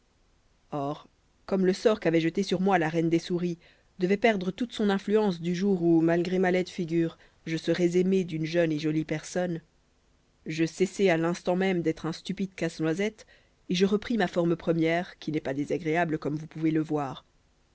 or comme le sort qu'avait jeté sur moi la reine des souris devait perdre toute son influence du jour où malgré ma laide figure je serais aimé d'une jeune et jolie personne je cessai à l'instant même d'être un stupide casse-noisette et je repris ma forme première qui n'est pas désagréable comme vous pouvez le voir